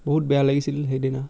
বহুত বেয়া লাগিছিল সেইদিনা